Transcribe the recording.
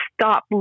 stop